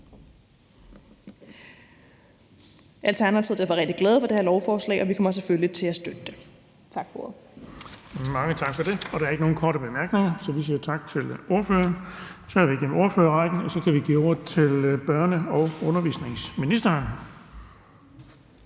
Alternativet er vi rigtig glade for det her lovforslag, og vi kommer selvfølgelig til at støtte det. Tak for ordet. Kl. 19:02 Den fg. formand (Erling Bonnesen): Mange tak for det. Der er ikke nogen korte bemærkninger, så vi siger tak til ordføreren. Så er vi igennem ordførerrækken, og vi kan nu give ordet til børne- og undervisningsministeren.